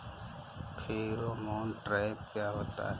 Pheromone trap क्या होता है?